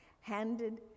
handed